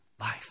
life